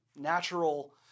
natural